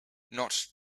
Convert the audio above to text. not